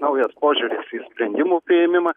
naujas požiūris į sprendimų priėmimą